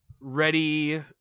ready